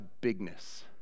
bigness